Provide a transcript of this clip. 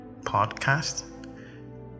podcast